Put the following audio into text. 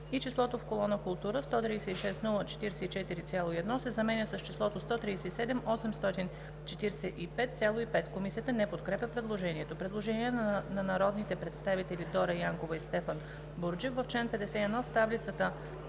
и числото в колона „Култура“ 136 044,1 се заменя с числото „137 845,5“. Комисията не подкрепя предложението. Предложение на народните представители Дора Янкова и Стефан Бурджев: „В чл. 51 в таблицата,